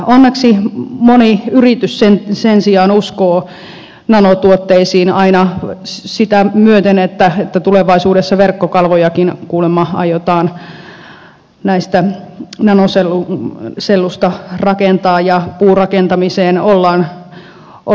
onneksi moni yritys sen sijaan uskoo nanotuotteisiin aina sitä myöten että tulevaisuudessa verkkokalvojakin kuulemma aiotaan nanosellusta rakentaa ja puurakentamiseen ollaan lämmetty